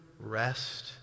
rest